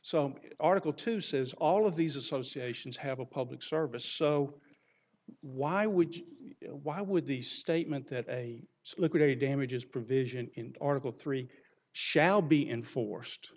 so article two says all of these associations have a public service so why would why would the statement that a liquidated damages provision in article three shall be enforced